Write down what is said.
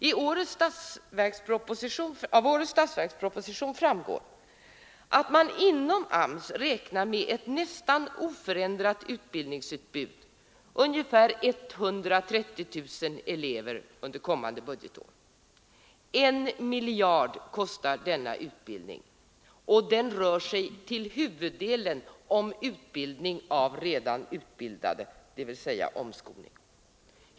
Av årets statsverksproposition framgår att man inom AMS räknar med ett nästan oförändrat utbildningsutbud till ungefär 130 000 elever under kommande budgetår. 1 miljard kostar denna utbildning, och då rör det sig till huvuddelen om utbildning av redan utbildade, dvs. omskolning.